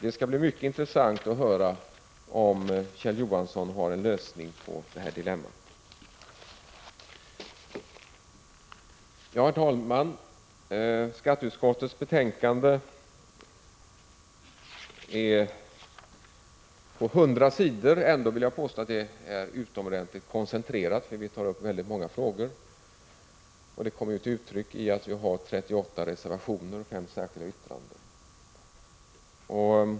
Det skall bli mycket intressant att höra om Kjell Johansson har någon lösning i fråga om det här dilemmat. Herr talman! Skatteutskottets betänkande är på 100 sidor. Ändå vill jag påstå att det är utomordentligt koncentrerat, eftersom vi tar upp väldigt många frågor, vilket kommer till uttryck i att vi har 38 reservationer och fem särskilda yttranden.